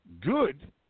good